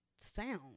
sound